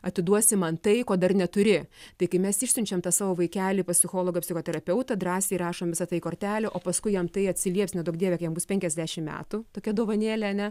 atiduosi man tai ko dar neturi tai kai mes išsiunčiam tą savo vaikelį pas psichologą psichoterapeutą drąsiai rašom visą tai į kortelę o paskui jam tai atsilieps neduok dieve kai jam bus penkiasdešimt metų tokia dovanėlė ane